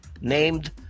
named